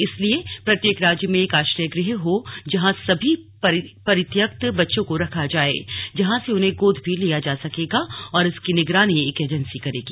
इसलिए प्रत्येक राज्य में एक आश्रयगुह हो जहां सभी परित्यकत बच्चों को रखा जाये जहां से उन्हें गोद भी लिया जा सकेगा और इसकी निगंरानी एक एजेंसी करेगी